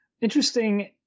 Interesting